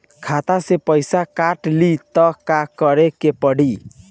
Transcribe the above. खाता से पैसा काट ली त का करे के पड़ी?